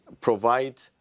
provide